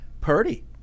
Purdy